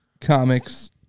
comics